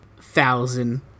Thousand